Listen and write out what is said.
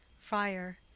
friar.